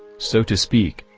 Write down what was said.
so to speak,